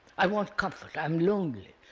i want comfort, i am lonely,